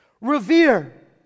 Revere